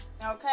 Okay